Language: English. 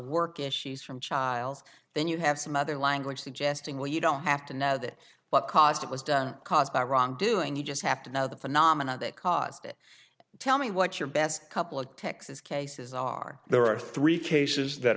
work issues from child then you have some other language suggesting well you don't have to know that what caused it was done caused by wrongdoing you just have to know the phenomena that caused it tell me what your best couple of texas cases are there are three cases that